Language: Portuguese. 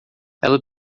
ela